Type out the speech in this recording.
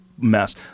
mess